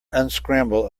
unscramble